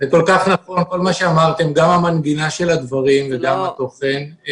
כל מה שאמרתם, גם המנגינה של הדברים וגם התוכן.